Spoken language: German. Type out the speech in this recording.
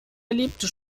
erlebte